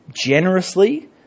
generously